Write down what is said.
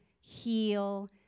heal